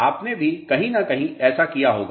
आपने भी कहीं न कहीं ऐसा किया होगा